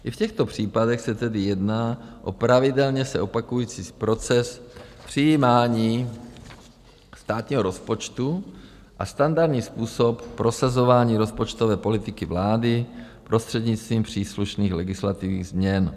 I v těchto případech se tedy jedná o pravidelně se opakující proces přijímání státního rozpočtu a standardní způsob prosazování rozpočtové politiky vlády prostřednictvím příslušných legislativních změn.